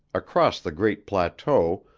across the great plateau,